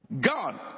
God